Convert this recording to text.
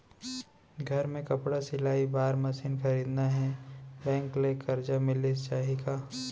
घर मे कपड़ा सिलाई बार मशीन खरीदना हे बैंक ले करजा मिलिस जाही का?